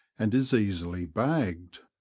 and is easily bagged.